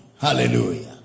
hallelujah